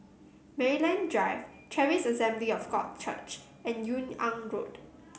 Maryland Drive Charis Assembly of God Church and Yung An Road